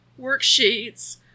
worksheets